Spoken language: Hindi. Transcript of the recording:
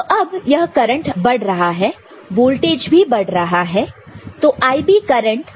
तो अब यह करंट बढ़ रहा है वोल्टेज भी बढ़ रहा है